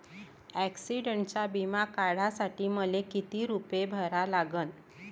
ॲक्सिडंटचा बिमा काढा साठी मले किती रूपे भरा लागन?